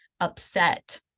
upset